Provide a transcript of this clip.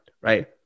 right